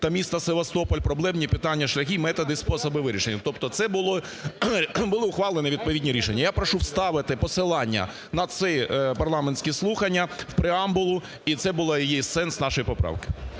та міста Севастополь, проблемні питання, шляхи і методи, і способи вирішення". Тобто це були ухвалені відповідні рішення. Я прошу вставити посилання на ці парламентські слухання в преамбулу і це був сенс нашої поправки.